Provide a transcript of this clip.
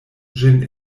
ĝin